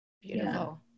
Beautiful